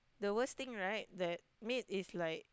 the worst thing right that maid is like